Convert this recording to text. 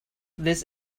this